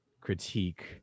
critique